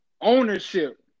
ownership